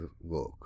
work